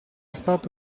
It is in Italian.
stato